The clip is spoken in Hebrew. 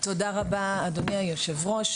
תודה רבה אדוני היו"ר.